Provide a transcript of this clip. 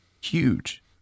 huge